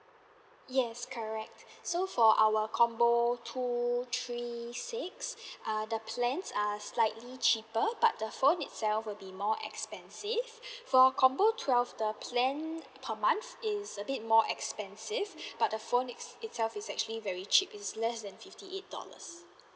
yes correct so for our combo two three six uh the plans are slightly cheaper but the phone itself will be more expensive for combo twelve the plan per month is a bit more expensive but the phone it~ itself is actually very cheap is less than fifty eight dollars